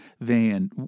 Van